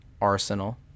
Arsenal